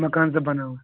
مَکان زٕ بَناوان